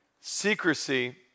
Secrecy